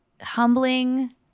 humbling